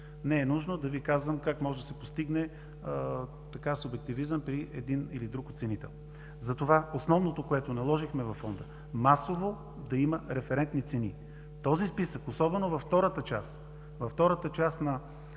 Не е нужно да Ви казвам как може да се постигне субективизъм при един или друг оценител. Затова основното, което наложихме във Фонда – масово да има референтни цени. Този списък, особено във втората част на втория прием,